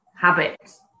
habits